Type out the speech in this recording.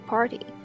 Party